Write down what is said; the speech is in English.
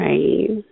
Right